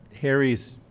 Harry's